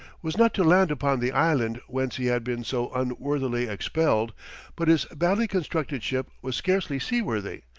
was not to land upon the island whence he had been so unworthily expelled but his badly-constructed ship was scarcely sea-worthy,